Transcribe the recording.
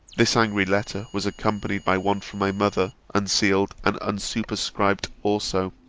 this angry letter was accompanied by one from my mother, unsealed, and unsuperscribed also.